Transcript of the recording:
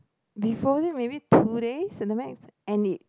before this maybe two days in the max and it